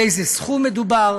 על איזה סכום מדובר.